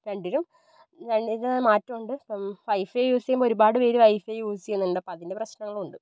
രണ്ടിനും രണ്ടിനും മാറ്റമുണ്ട് ഇപ്പം വൈഫൈ യൂസ് ചെയ്യുമ്പോൾ ഒരുപാട് പേര് വൈഫൈ യൂസ് ചെയ്യുന്നുണ്ട് അപ്പോൾ അതിൻ്റെ പ്രശ്നങ്ങളും ഉണ്ട്